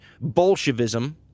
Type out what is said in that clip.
Bolshevism